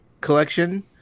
collection